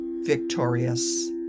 victorious